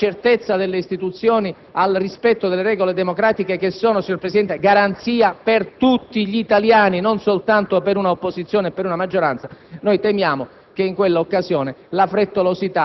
per quel principio di obbedienza alla certezza delle istituzioni e al rispetto delle regole democratiche che sono garanzia per tutti gli italiani, non soltanto per un'opposizione o per una maggioranza - che in